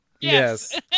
Yes